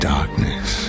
Darkness